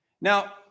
Now